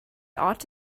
ought